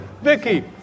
Vicky